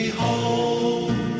home